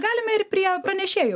galime ir prie pranešėjų